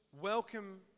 welcome